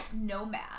Nomad